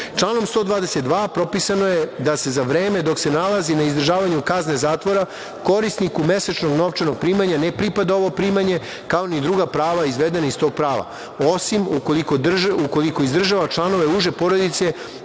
122. propisano je da se za vreme dok se nalazi na izdržavanju kazne zatvora korisniku mesečnog novčanog primanja ne pripada ovo primanje, kao ni druga prava izvedena iz tog prava, osim ukoliko izdržava članove uže porodice,